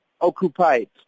occupied